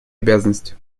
обязанности